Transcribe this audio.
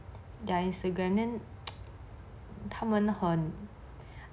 their instagram then 他们很